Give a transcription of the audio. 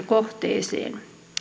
kohteeseen